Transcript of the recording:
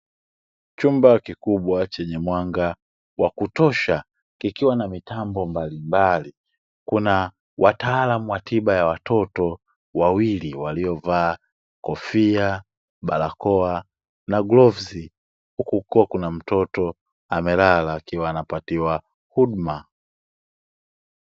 Chumba kikubwa chenye mwanga, wa kutosha kikiwa na mitambo mbalimbali ,kuna wataalamu watiba ya watoto wawili waliovaaa kofia ,barakoa na gloves huku kukiwa na mtoto amelala anapatiwa huduma.